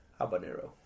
habanero